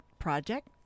project